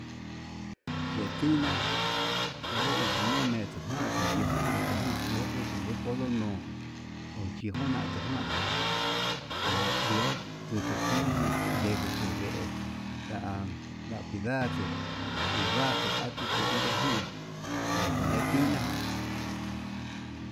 Ye'e tiná onró ninumetu kuan niyetuna tukuan, iho indikono no'o ochinotujan iho ndutu tiná no'o ndekutu vee, nda'a nda cuidar lugar tu atuku endejin yendo nde tiná.